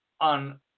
on